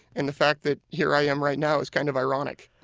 and the fact that here i am right now is kind of ironic